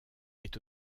est